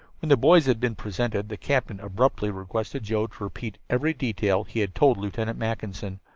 when the boys had been presented, the captain abruptly requested joe to repeat every detail he had told lieutenant mackinson.